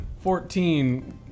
Fourteen